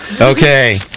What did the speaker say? Okay